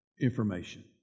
information